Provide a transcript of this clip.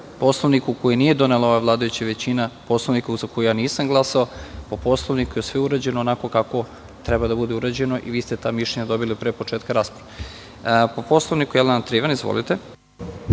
Poslovniku koji nije donela ova vladajuća većina, Poslovniku za koji ja nisam glasao, i po Poslovniku je sve urađeno onako kako treba da bude urađeno i vi ste ta mišljenja dobili pre početka rasprave. Po Poslovniku, Jelena Trivan. **Jelena